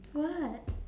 what